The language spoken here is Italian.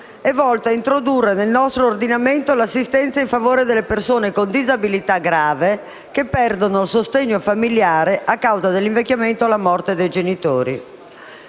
è volto a introdurre nel nostro ordinamento l'assistenza in favore delle persone con disabilità grave che perdono il sostegno familiare a causa dell'invecchiamento o della morte dei genitori.